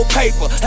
paper